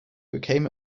became